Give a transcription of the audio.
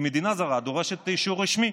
כי מדינה זרה דורשת אישור רשמי.